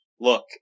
look